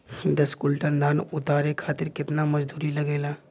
दस क्विंटल धान उतारे खातिर कितना मजदूरी लगे ला?